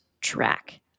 track